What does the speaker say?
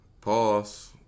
Pause